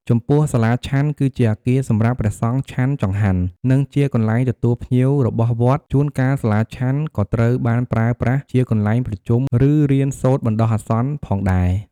ចំពោះសាលាឆាន់គឺជាអគារសម្រាប់ព្រះសង្ឃឆាន់ចង្ហាន់ និងជាកន្លែងទទួលភ្ញៀវរបស់វត្ត ជួនកាលសាលាឆាន់ក៏ត្រូវបានប្រើប្រាស់ជាកន្លែងប្រជុំ ឬរៀនសូត្របណ្តោះអាសន្នផងដែរ។